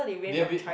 they've been